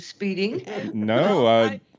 No